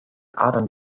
adern